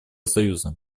союза